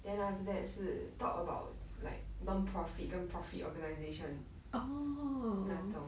then after that 是 talk about like non profit 跟 profit organisation 那种